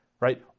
right